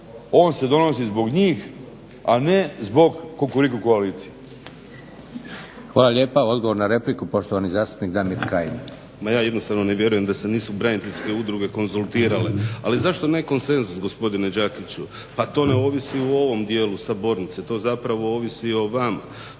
On se donosi zbog njih, a ne zbog kukuriku koalicije. **Leko, Josip (SDP)** Hvala lijepa. Odgovor na repliku, poštovani zastupnik Damir Kajin. **Kajin, Damir (IDS)** Ma ja jednostavno ne vjerujem da se nisu braniteljske udruge konzultirale, ali zašto ne konsenzus gospodine Đakiću? Pa to ne ovisi u ovom dijelu sabornice, to zapravo ovisi o vama.